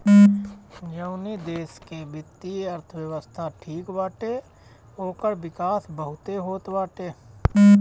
जवनी देस के वित्तीय अर्थव्यवस्था ठीक बाटे ओकर विकास बहुते होत बाटे